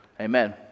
amen